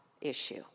issue